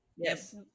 Yes